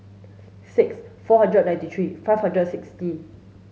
six four hundred and ninety three five hundred and sixty